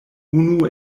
unu